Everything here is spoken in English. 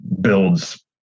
builds